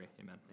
Amen